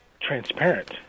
transparent